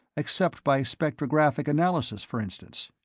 except by spectrographic analysis, for instance.